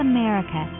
America